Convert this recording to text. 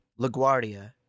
LaGuardia